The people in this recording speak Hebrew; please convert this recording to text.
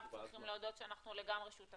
אני חושב שצריך לקיים פה דיון נוסף,